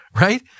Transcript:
right